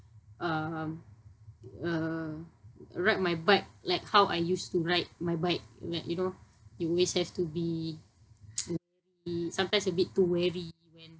um uh ride my bike like how I used to ride my bike like you know you always have to be be sometimes a bit too wary and